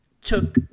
took